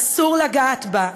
אסור לגעת בה.